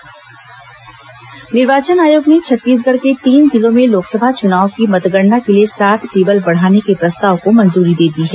निर्वाचन आयोग मतगणना निर्वाचन आयोग ने छत्तीसगढ़ के तीन जिलों में लोकसभा चुनाव की मतगणना के लिए सात टेबल बढ़ाने के प्रस्ताव को मंजूरी दे दी है